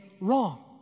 wrong